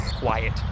quiet